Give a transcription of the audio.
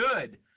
good